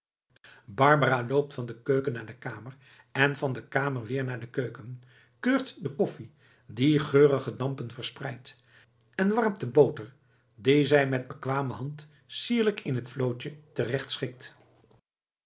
barbara loopt van de keuken naar de kamer en van de kamer weer naar de keuken keurt de koffie die geurige dampen verspreidt en warmt de boter die zij met bekwame hand sierlijk in het vlootje